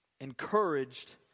encouraged